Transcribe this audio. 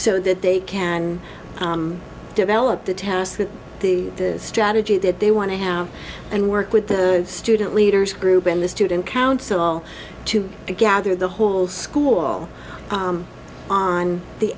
so that they can develop the task that the strategy that they want to have and work with the student leaders group in the student council to gather the whole school on the